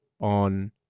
on